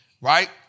Right